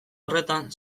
horretan